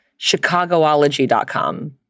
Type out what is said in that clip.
Chicagoology.com